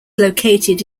located